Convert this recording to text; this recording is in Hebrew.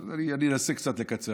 אני אנסה קצת לקצר.